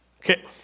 okay